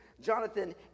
Jonathan